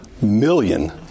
million